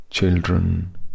children